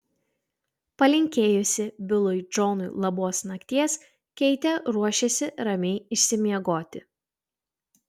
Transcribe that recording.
palinkėjusi bilui džonui labos nakties keitė ruošėsi ramiai išsimiegoti